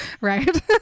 right